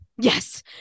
Yes